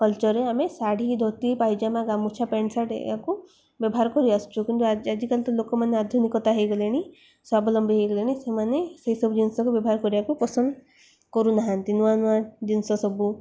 କଲଚରରେ ଆମେ ଶାଢ଼ୀ ଧୋତି ପାଇଜାମା ଗାମୁଛା ପ୍ୟାଣ୍ଟ ସାର୍ଟ ଏହାକୁ ବ୍ୟବହାର କରି ଆସୁଛୁ କିନ୍ତୁ ଆଜିକାଲି ତ ଲୋକମାନେ ଆଧୁନିକତା ହୋଇଗଲେଣି ସ୍ଵାବଲମ୍ବୀ ହୋଇଗଲେଣି ସେମାନେ ସେଇସବୁ ଜିନିଷକୁ ବ୍ୟବହାର କରିବାକୁ ପସନ୍ଦ କରୁନାହାନ୍ତି ନୂଆ ନୂଆ ଜିନିଷ ସବୁ